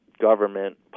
government